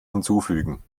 hinzufügen